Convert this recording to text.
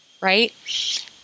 Right